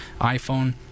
iPhone